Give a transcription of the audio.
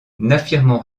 n’affirmons